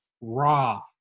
raw